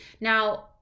Now